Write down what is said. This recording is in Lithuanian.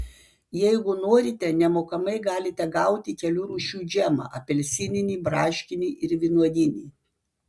jeigu norite nemokamai galite gauti kelių rūšių džemą apelsininį braškinį ir vynuoginį